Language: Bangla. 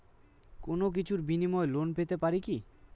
কোনো কিছুর বিনিময়ে লোন পেতে পারি কি?